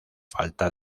falta